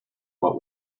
what